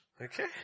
Okay